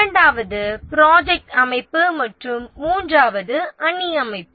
இரண்டாவது ப்ராஜெக்ட் அமைப்பு மற்றும் மூன்றாவது அணி அமைப்பு